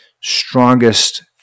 strongest